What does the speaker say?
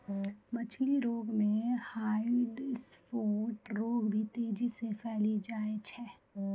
मछली रोग मे ह्वाइट स्फोट रोग भी तेजी से फैली जाय छै